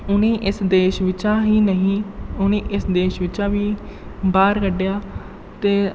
उ'नें गी इस देश बिच्चा ही नहीं उ'नें गी इस देश बिच्चा बी बाह्र कड्ढेआ ते